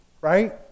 Right